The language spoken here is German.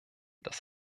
das